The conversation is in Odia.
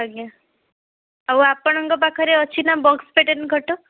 ଆଜ୍ଞା ଆଉ ଆପଣଙ୍କ ପାଖରେ ଅଛିନା ବକ୍ସ ଖଟ